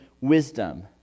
wisdom